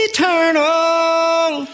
Eternal